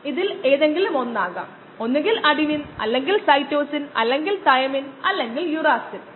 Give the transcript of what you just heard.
ഞാൻ നേരത്തെ സൂചിപ്പിച്ചതുപോലെ ഒപ്റ്റിക്കൽ ഫൈബർ ഒരു സ്പെക്ട്രോഫോട്ടോമീറ്റർ അല്ലെങ്കിൽ ഒരു ഫ്ലൂറിമീറ്ററുമായി സംയോജിപ്പിച്ചിരിക്കുന്നു